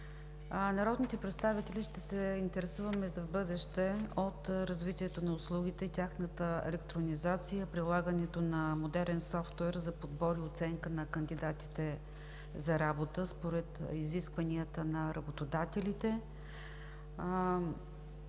Народните представители ще се интересуваме за в бъдеще от развитието на услугите и тяхната електронизация, прилагането на модерен софтуер за подбор и оценка на кандидатите за работа според изискванията на работодателите.